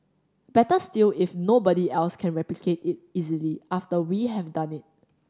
better still if nobody else can replicate it easily after we have done it